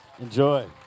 Enjoy